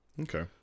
Okay